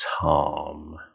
Tom